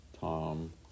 Tom